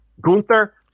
Gunther